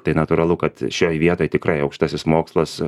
tai natūralu kad šioj vietoj tikrai aukštasis mokslas